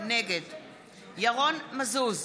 נגד ירון מזוז,